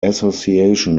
association